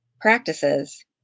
practices